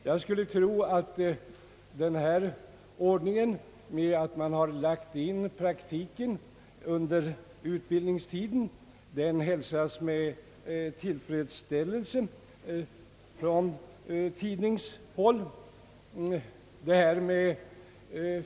Jag skulle tro att den här ordningen med praktiken inlagd under utbildningstiden hälsas med tillfredsställelse från tidningshåll.